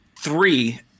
three